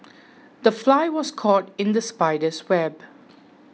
the fly was caught in the spider's web